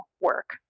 work